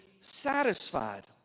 satisfied